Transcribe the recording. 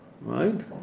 Right